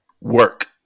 work